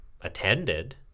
attended